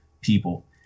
people